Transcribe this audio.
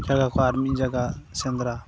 ᱡᱟᱜᱟ ᱠᱷᱚᱱ ᱟᱨ ᱢᱤᱫ ᱡᱟᱭᱜᱟ ᱥᱮᱸᱫᱽᱨᱟ